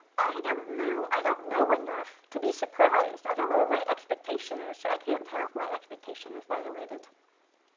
i don't know. i don't know enough to be surprised. i don't know what my expectation is, so i can't tell if my expectation is violated.